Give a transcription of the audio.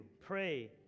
pray